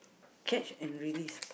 catch and release